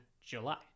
July